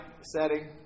setting